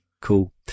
cool